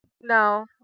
No